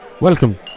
Welcome